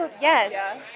Yes